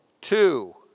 Two